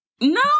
No